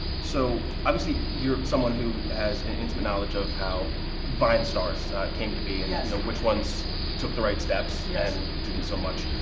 so obviously you're someone who has intimate knowledge of how vine stars came to be and know yeah so which ones took the right steps yeah and didn't so much.